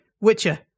Witcher